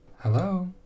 Hello